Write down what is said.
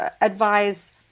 advise